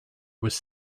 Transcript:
was